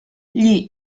gli